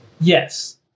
Yes